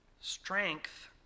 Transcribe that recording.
strength